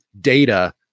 data